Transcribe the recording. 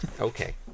Okay